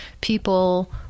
people